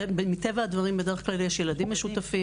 מטבע הדברים, בדרך-כלל, יש ילדים משותפים